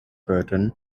burden